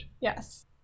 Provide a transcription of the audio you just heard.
yes